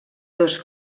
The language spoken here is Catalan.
dos